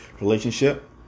relationship